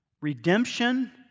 redemption